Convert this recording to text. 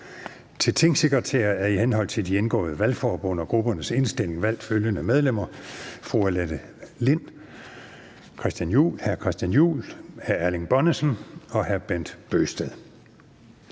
Til tingsekretærer er i henhold til de indgåede valgforbund og gruppernes indstilling valgt følgende medlemmer: fru Annette Lind (S), hr. Christian Juhl (EL), hr. Erling Bonnesen (V) og hr. Bent Bøgsted